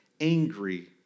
angry